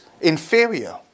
inferior